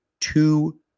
two